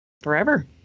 forever